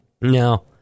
No